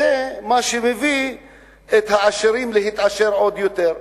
וזה מה שמביא את העשירים להתעשר עוד יותר.